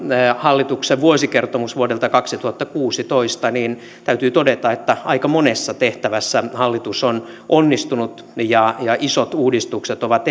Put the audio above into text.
hallituksen vuosikertomus vuodelta kaksituhattakuusitoista niin täytyy todeta että aika monessa tehtävässä hallitus on onnistunut ja ja isot uudistukset ovat